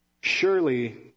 Surely